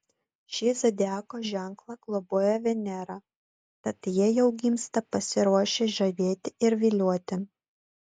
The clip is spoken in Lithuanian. šį zodiako ženklą globoja venera tad jie jau gimsta pasiruošę žavėti ir vilioti